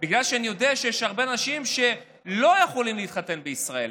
אלא בגלל שאני יודע שיש הרבה אנשים שלא יכולים להתחתן בישראל,